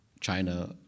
China